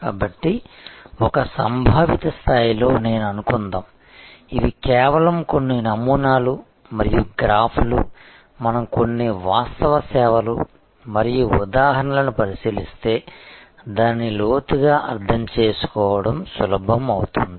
కాబట్టి ఒక సంభావిత స్థాయిలో నేను అనుకుందాం ఇవి కేవలం కొన్ని నమూనాలు మరియు గ్రాఫ్లు మనం కొన్ని వాస్తవ సేవలు మరియు ఉదాహరణలను పరిశీలిస్తే దానిని లోతుగా అర్థం చేసుకోవడం సులభం అవుతుంది